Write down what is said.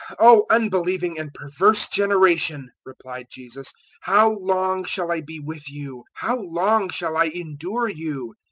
o unbelieving and perverse generation! replied jesus how long shall i be with you? how long shall i endure you?